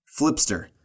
Flipster